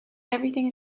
everything